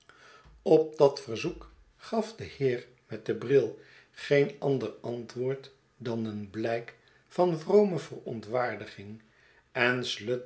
op dat verzoek gaf de heer met den bril geen ander antwoord dan een blik van vrome verontwaardiging